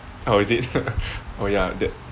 oh is it oh ya that